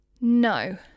No